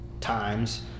times